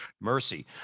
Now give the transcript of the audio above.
Mercy